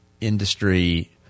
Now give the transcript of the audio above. industry